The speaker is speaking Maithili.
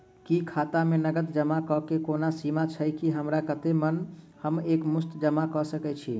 की खाता मे नगद जमा करऽ कऽ कोनो सीमा छई, की हमरा जत्ते मन हम एक मुस्त जमा कऽ सकय छी?